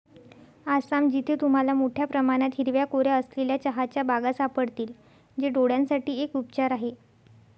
आसाम, जिथे तुम्हाला मोठया प्रमाणात हिरव्या कोऱ्या असलेल्या चहाच्या बागा सापडतील, जे डोळयांसाठी एक उपचार आहे